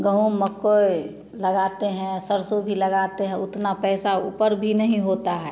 गेहूँ मक्कोए लगाते हैं सरसों भी लगाते हैं उतना पैसा ऊपर भी नहीं होता है